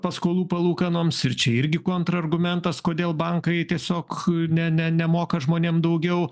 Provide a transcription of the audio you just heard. paskolų palūkanoms ir čia irgi kontrargumentas kodėl bankai tiesiog ne ne nemoka žmonėm daugiau